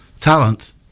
talent